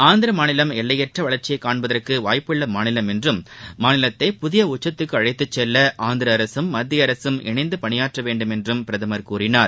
ஆந்திரமாநிலம் எல்லையற்றவளர்ச்சியைகாண்பதற்குவாய்ப்புள்ளமாநிலம் என்றும் மாநிலத்தை புதியஉச்சத்துக்குஅழைத்துசெல்லஆந்திரஅரசும் மத்தியஅரசும் இணைந்துபணியாற்றவேண்டும் என்றுபிரதமர் கூறினார்